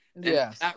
Yes